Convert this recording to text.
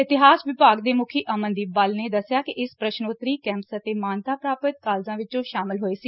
ਇਤਿਹਾਸ ਵਿਭਾਗ ਦੇ ਮੁਖੀ ਅਮਨਦੀਪ ਬੱਲ ਨੇ ਦੱਸਿਆ ਕਿ ਇਸ ਪ੍ਰਸ਼ਨੋਤਰੀ ਕੈਂਪਸ ਅਤੇ ਮਾਨਤਾ ਪ੍ਰਾਪਤ ਕਾਲਜਾਂ ਵਿਚ ਸ਼ਾਮਿਲ ਹੋਏ ਸੀ